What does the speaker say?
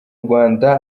rwanda